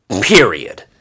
period